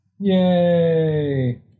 Yay